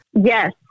Yes